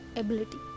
ability